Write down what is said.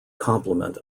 complement